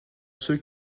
ceux